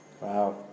Wow